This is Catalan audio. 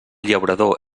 llaurador